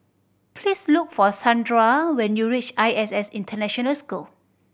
please look for Shandra when you reach I S S International School